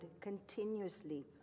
continuously